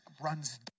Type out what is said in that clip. runs